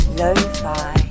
lo-fi